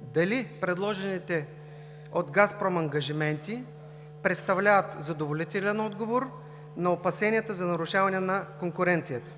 дали предложените от „Газпром“ ангажименти представляват задоволителен отговор на опасенията за нарушаване на конкуренцията.